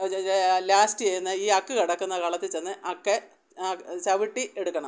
last ചെന്ന് ഈ അക്ക് കിടക്കുന്ന കളത്തിൽ ചെന്ന് അക്ക് ചവിട്ടി എടുക്കണം